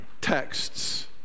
Texts